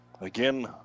Again